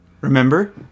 Remember